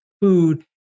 food